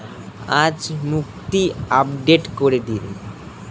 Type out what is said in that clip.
আজ মুক্তি আপডেট করে দিন